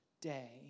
day